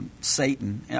Satan